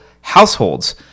households